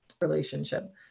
relationship